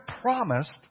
promised